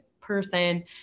person